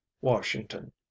Washington